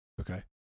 Okay